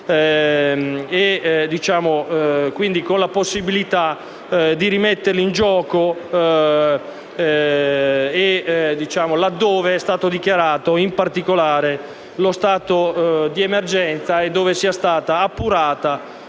con la possibilità di rimetterli in gioco laddove è stato dichiarato, in particolare, lo stato di emergenza e laddove sia stata appurata